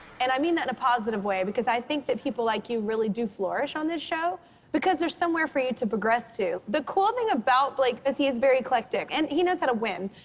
and i mean that in a positive way because i think that people like you really do flourish on this show because there's somewhere for you to progress to. the cool thing about blake is he is very eclectic, and he knows how to win.